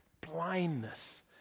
blindness